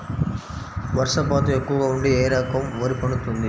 వర్షపాతం ఎక్కువగా ఉంటే ఏ రకం వరి పండుతుంది?